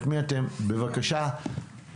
בבקשה,